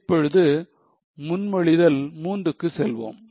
இப்பொழுது முன்மொழிதல் 3 க்கு செய்வோம்